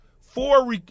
four